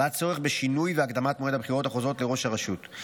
עלה צורך בשינוי ובהקדמת מועד הבחירות החוזרות לראש הרשות.